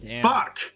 Fuck